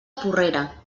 porrera